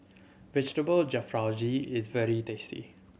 Vegetable Jalfrezi is very tasty